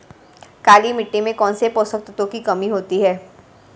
काली मिट्टी में कौनसे पोषक तत्वों की कमी होती है?